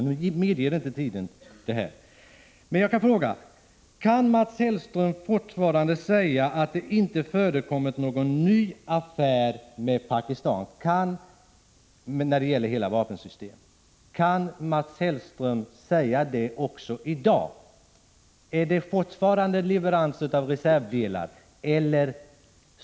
Nu medger inte tiden det, men jag vill ändå fråga: Vill Mats Hellström fortfarande hävda att det inte förekommit någon ny affär med Pakistan när det gäller hela vapensystem? Kan Mats Hellström påstå det också i dag? Är det fortfarande fråga om leverans av reservdelar?